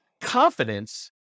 confidence